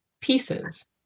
pieces